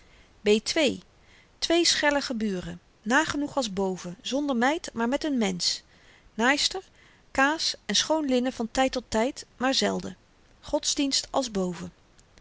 b twee schele buren nagenoeg als boven zonder meid maar met n mensch naaister kaas en schoon linnen van tyd tot tyd maar zelden godsdienst